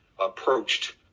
approached